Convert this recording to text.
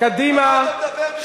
על מה אתה מדבר בכלל?